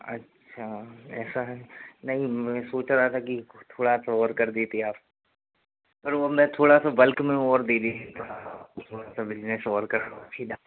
अच्छा ऐसा है नहीं मैं सोच रहा था कि थोड़ा सा और कर देते आप फिर वह मैं थोड़ा सा बल्क में और दे थोड़ा सा बिजनेस और करवा